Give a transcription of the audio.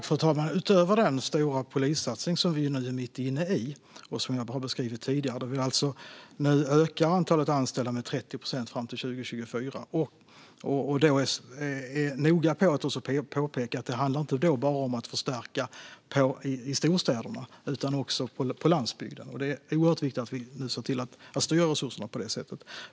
Fru talman! Vi är mitt inne i en stor polissatsning, som jag har beskrivit tidigare, där vi nu alltså ökar antalet anställda med 30 procent fram till 2024. Vi är noga med att påpeka att detta handlar om att förstärka inte bara i storstäderna utan även på landsbygden, och det är oerhört viktigt att vi nu ser till att styra resurserna på det sättet.